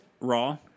Raw